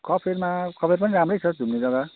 कफेरमा कफेर पनि राम्रै छ घुम्ने जग्गा